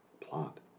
plot